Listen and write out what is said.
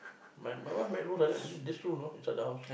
my my wife made rules like that only this rule you know inside the house